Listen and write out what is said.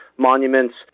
monuments